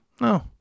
No